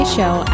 Show